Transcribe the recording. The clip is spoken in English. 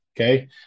Okay